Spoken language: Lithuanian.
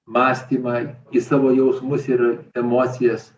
mąstymą į savo jausmus ir emocijas